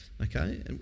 okay